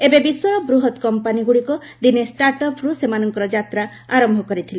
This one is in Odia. ଏବେ ବିଶ୍ୱର ବୃହତ୍ କମ୍ପାନୀ ଗୁଡ଼ିକ ଦିନେ ଷ୍ଟାଟ୍ ଅପ୍ରୁ ସେମାନଙ୍କର ଯାତ୍ରା ଆରମ୍ଭ କରିଥିଲେ